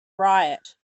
riot